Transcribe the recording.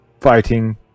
fighting